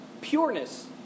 Pureness